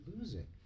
losing